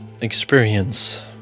experience